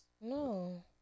No